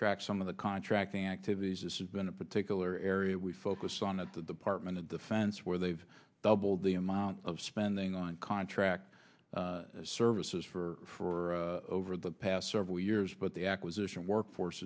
track some of the contracting activities it's been a particular area we focus on the partment a defense where they've doubled the amount of spending on contract services for for over the past several years but the acquisition workforce